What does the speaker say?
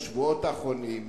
בשבועות האחרונים,